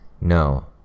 No